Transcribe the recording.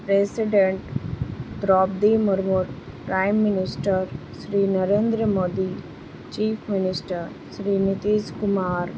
president Draupadi Murmu prime minister Shri Narendra Modi chief minister Shri Nitish Kumar